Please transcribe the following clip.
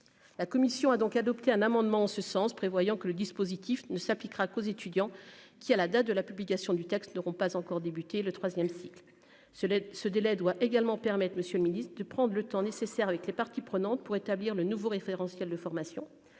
la commission a donc adopté un amendement en ce sens, prévoyant que le dispositif ne s'appliquera qu'aux étudiants qui, à la date de la publication du texte n'auront pas encore débuté le troisième cycle se ce délai doit également permettre, monsieur le ministre, de prendre le temps nécessaire avec les parties prenantes pour établir le nouveau référentiel de formation,